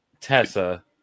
Tessa